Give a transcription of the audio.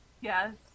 Yes